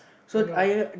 I know